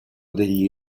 degli